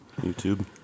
YouTube